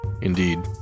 Indeed